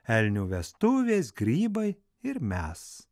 elnių vestuvės grybai ir mes